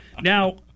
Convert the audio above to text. Now